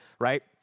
right